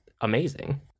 amazing